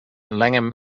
langham